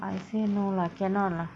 I say no lah cannot lah